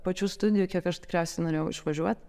pačių studijų kiek aš tikriausiai norėjau išvažiuot